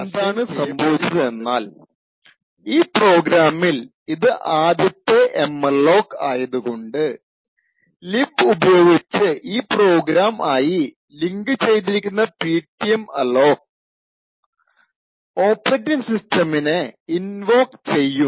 അപ്പോൾ ഇൻറ്ർണലി എന്താണ് സംഭവിച്ചത് എന്നാൽ ഈ പ്രോഗ്രാമിൽ ഇത് ആദ്യത്തെ എംഅലോക് ആയതുകൊണ്ട് libe ഉപയോഗിച്ച് ഈ പ്രോഗ്രാം ആയി ലിങ്ക് ചെയ്തിരിക്കുന്ന പിടിഎംഅലോക് കോഡ് ഓപ്പറേറ്റിംഗ് സിസ്റ്റമിനെ ഇൻവോക്ക് ചെയ്യും